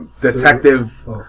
detective